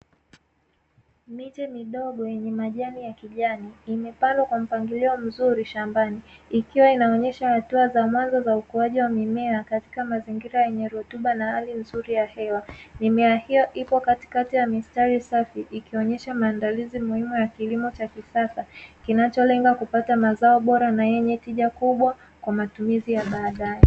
Miche midogo yenye majani ya kijani imepandwa kwa mpangilio mzuri shambani ikiwa inaonyesha hatua za mwanzo za ukuaji wa mimea katika mazingira yenye rutuba na hali nzuri ya hewa. Mimea hiyo iko katikati ya mistari safi ikionyesha maandalizi muhimu ya kilimo cha kisasa kinacholenga kupata mazao bora na yenye tija kubwa kwa matumizi ya baadae.